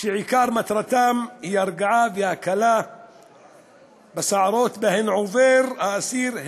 שעיקר מטרתם היא הרגעה והקלה בסערות שעובר האסיר,